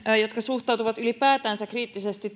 jotka suhtautuvat ylipäätänsä kriittisesti